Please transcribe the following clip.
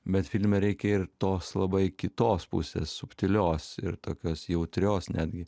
bet filme reikia ir tos labai kitos pusės subtilios ir tokios jautrios netgi